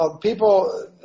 people